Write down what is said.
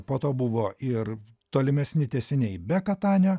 po to buvo ir tolimesni tęsiniai be katanio